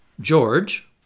George